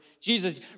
Jesus